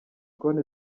konti